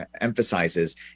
emphasizes